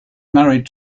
married